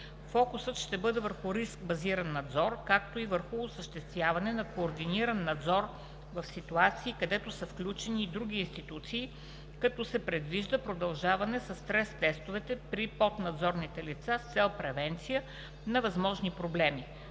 Фокусът ще бъде върху риск базиран надзор, както и върху осъществяване на координиран надзор в ситуации, където са включени и други институции, като се предвижда продължаване със стрес-тестовете при поднадзорните лица с цел превенция на възможни проблеми,